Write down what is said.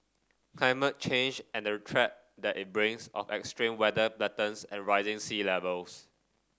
climate change and the threat that it brings of extreme weather patterns and rising sea Levels